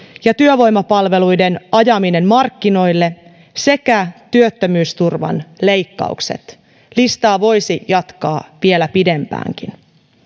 ja työvoimapalveluiden ajaminen markkinoille sekä työttömyysturvan leikkaukset listaa voisi jatkaa vielä pidempäänkin